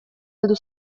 heldu